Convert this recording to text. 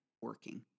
working